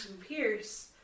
Pierce